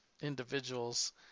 individuals